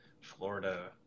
Florida